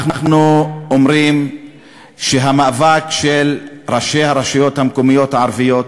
אנחנו אומרים שהמאבק של ראשי הרשויות המקומיות הערביות,